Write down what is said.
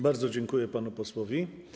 Bardzo dziękuję panu posłowi.